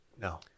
No